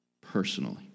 personally